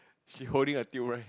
she holding a tilt rack